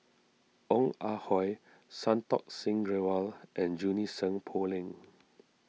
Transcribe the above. Ong Ah Hoi Santokh Singh Grewal and Junie Sng Poh Leng